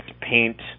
paint